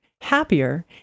Happier